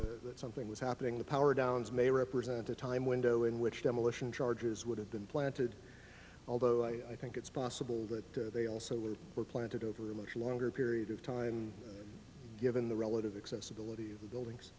knew that something was happening the power downs may represent a time window in which demolition charges would have been planted although i think it's possible that they also were planted over a much longer period of time given the relative accessibility of the buildings